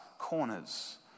corners